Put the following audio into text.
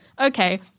okay